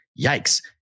Yikes